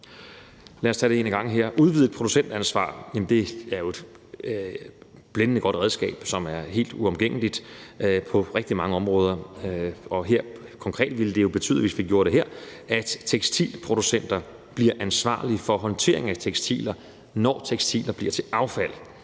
Lad os tage dem en ad gangen her. Udvidet producentansvar er jo et blændende godt redskab, som er helt uomgængeligt på rigtig mange områder. Og hvis vi gjorde det her, ville det jo konkret betyde, at tekstilproducenter bliver ansvarlige for håndtering af tekstiler, når tekstiler bliver til affald.